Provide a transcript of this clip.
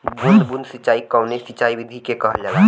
बूंद बूंद सिंचाई कवने सिंचाई विधि के कहल जाला?